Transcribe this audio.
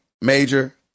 Major